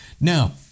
Now